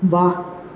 વાહ